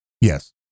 Yes